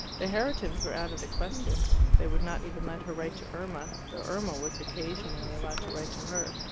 the herritons were out of the question they would not even let her write to irma, though irma was occasionally allowed to write to her.